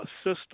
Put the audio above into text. system